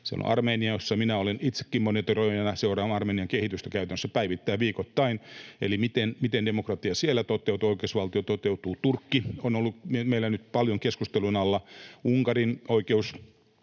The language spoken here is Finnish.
Siellä on Armenia, jossa minä olen itsekin monitoroijana. Seuraan Armenian kehitystä käytännössä päivittäin, viikoittain eli sitä, miten demokratia siellä toteutuu ja oikeusvaltio toteutuu. Turkki on ollut meillä nyt paljon keskustelun alla; Unkarin oikeusturvan